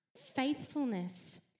faithfulness